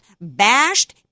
bashed